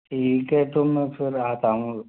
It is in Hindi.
ठीक है तो मैं फिर में आता हूँ